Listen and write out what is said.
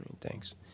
thanks